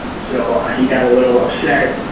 so he got a little upset.